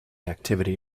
activity